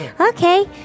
Okay